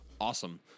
Awesome